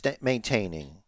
maintaining